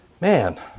Man